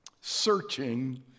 searching